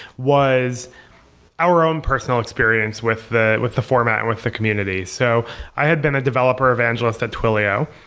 was our own personal experience with the with the format and with the communities. so i had been a developer evangelist at twilio.